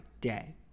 day